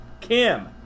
Kim